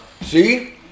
See